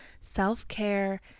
self-care